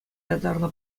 ятарлӑ